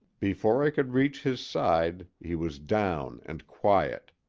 before i could reach his side he was down and quiet.